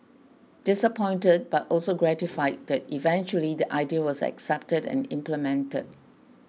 disappointed but also gratified that eventually the idea was accepted and implemented